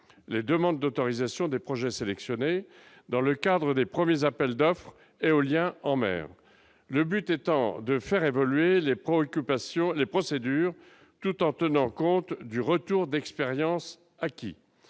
les demandes d'autorisation des projets sélectionnés dans le cadre des premiers appels d'offres éolien en mer, le but étant de faire évoluer les préoccupations, les procédures, tout en tenant compte du retour d'expérience acquis